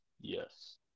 Yes